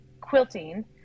quilting